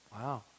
Wow